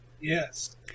Yes